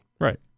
Right